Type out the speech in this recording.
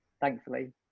Thankfully